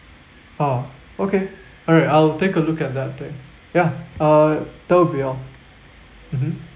ah okay alright I'll take a look at the thing ya uh that will be all mmhmm